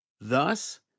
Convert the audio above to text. Thus